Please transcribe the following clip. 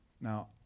Now